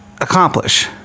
accomplish